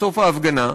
בסוף ההפגנה,